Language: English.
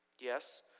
Yes